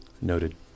Noted